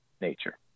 nature